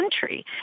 country